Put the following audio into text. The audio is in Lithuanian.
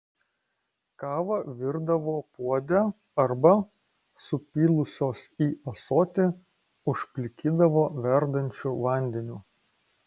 kavą virdavo puode arba supylusios į ąsotį užplikydavo verdančiu vandeniu